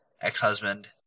ex-husband